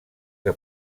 que